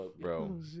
Bro